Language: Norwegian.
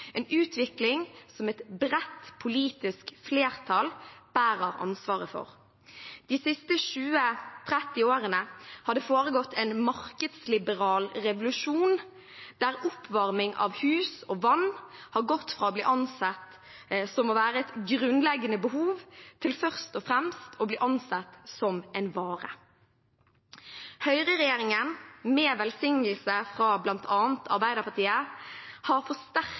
en utvikling som et bredt politisk flertall bærer ansvaret for. De siste 20–30 årene har det foregått en markedsliberal revolusjon, der oppvarming av hus og vann har gått fra å bli ansett som å være et grunnleggende behov til først og fremst å bli ansett som en vare. Høyre-regjeringen med velsignelse fra bl.a. Arbeiderpartiet har forsterket